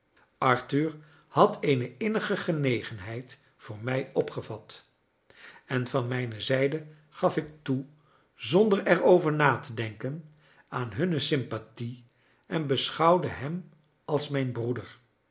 arthur had eene innige genegenheid voor mij opgevat en van mijne zijde gaf ik toe zonder erover na te denken aan hunne sympathie en beschouwde hem als mijn broeder